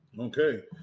Okay